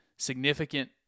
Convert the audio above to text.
significant